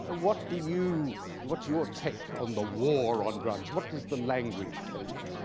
ah what do you what's your take on the war on drugs, what does the language tell you?